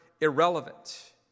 irrelevant